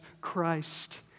Christ